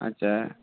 আচ্ছা